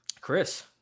chris